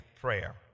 prayer